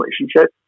relationship